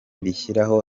rishyiraho